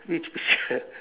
which picture